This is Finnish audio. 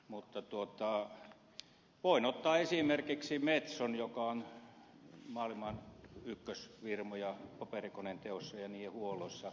mutta voin ottaa esimerkiksi metson joka on maailman ykkösfirmoja paperikoneiden teossa ja niiden huollossa